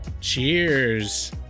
cheers